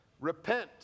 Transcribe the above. repent